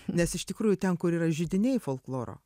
nes iš tikrųjų ten kur yra židiniai folkloro